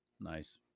Nice